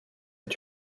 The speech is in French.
est